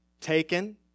taken